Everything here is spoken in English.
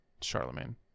Charlemagne